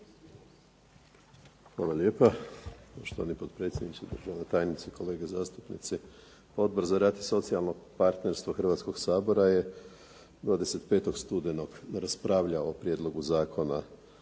Hvala lijepa, poštovani potpredsjedniče. Državna tajnice, kolege zastupnici. Odbor za rad i socijalno partnerstvo Hrvatskog sabora je 25. studenog raspravljao o Prijedlogu zakona